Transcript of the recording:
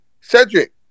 Cedric